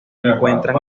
encuentran